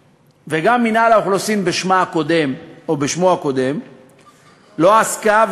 בבקשה, ואחריה,